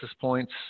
points